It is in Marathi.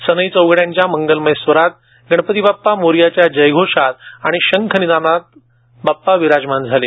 सनई चौघड्याच्या मंगलमय स्वरात गणपती बाप्पा मोरयाच्या जयघोषात आणि शंख निनादात बाप्पा विराजमान झाले